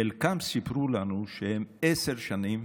חלקם סיפרו לנו שהם עשר שנים